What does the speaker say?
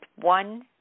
one